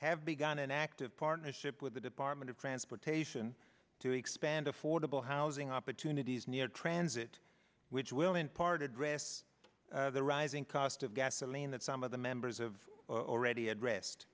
have begun an active partnership with the department of transportation to expand affordable housing opportunities near transit which will in part address the rising cost of gas i mean that some of the members of already addressed